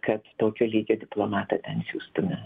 kad tokio lygio diplomatą ten siųstume